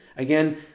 Again